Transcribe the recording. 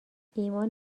ایمان